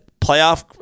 playoff